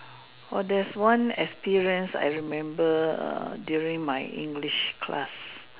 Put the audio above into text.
!wah! there's one experience I remember err during my English class